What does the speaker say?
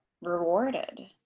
rewarded